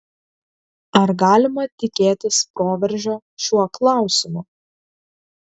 ar galima tikėtis proveržio šiuo klausimu